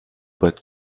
but